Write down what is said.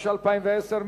התש"ע 2010,